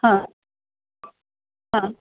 हां हां